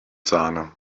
sahne